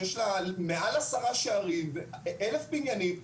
שיש לה למעלה מ-10 שערים ו-1,000 בניינים,